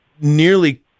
nearly